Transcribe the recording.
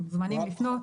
הם מוזמנים לפנות.